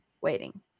Waiting